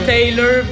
Taylor